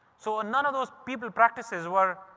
so ah none of those people practices were.